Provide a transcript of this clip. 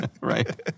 Right